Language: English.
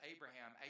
Abraham